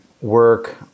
work